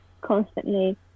constantly